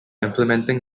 implementing